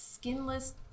skinless